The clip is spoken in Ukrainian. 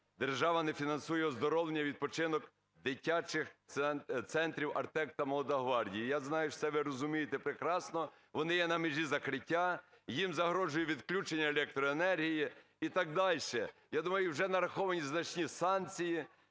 держава не фінансує оздоровлення і відпочинок дитячих центрів "Артек" та "Молода гвардія". Я знаю, що це ви розумієте прекрасно, вони є на межі закриття, їм загрожує відключення електроенергії і так дальше. Я думаю, вже нараховані значні санкції.